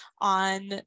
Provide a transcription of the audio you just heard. on